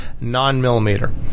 non-millimeter